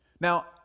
Now